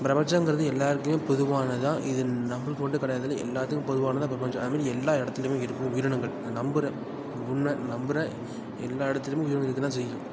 பிரபஞ்சங்கிறது எல்லோருக்குமே பொதுவானது தான் இது நம்மளுக்கு மட்டும் கிடையாதுல எல்லாத்துக்கும் பொதுவானது தான் பிரபஞ்சம் அதே மாரி எல்லா இடத்துலையுமே இருக்கும் உயிரினங்கள் நான் நம்புகிறேன் இது உண்மை நம்புகிறேன் எல்லா இடத்துலையுமே உயிரினங்கள் இருக்கற தான் செய்யும்